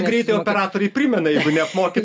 greitai operatoriai primena neapmoki